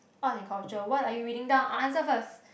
art and culture what are you reading now I answer first